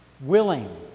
willing